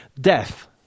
death